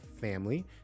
family